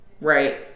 right